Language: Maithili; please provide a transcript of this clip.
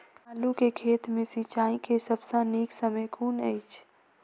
आलु केँ खेत मे सिंचाई केँ सबसँ नीक समय कुन अछि?